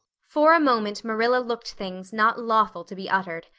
for a moment marilla looked things not lawful to be uttered.